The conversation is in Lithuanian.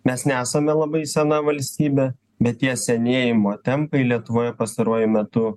mes nesame labai sena valstybė bet tie senėjimo tempai lietuvoje pastaruoju metu